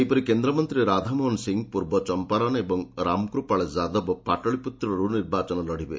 ସେହିପରି କେନ୍ଦ୍ରମନ୍ତ୍ରୀ ରାଧାମୋହନ ସିଂ ପୂର୍ବଚମ୍ପାରନ୍ ଏବଂ ରାମକୃପାଳ ଯାଦବ ପାଟଳିପୁତ୍ରରୁ ନିର୍ବାଚନ ଲଢ଼ିବେ